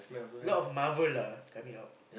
a lot of Marvel lah coming out